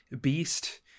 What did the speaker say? beast